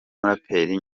muraperi